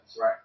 right